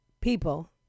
people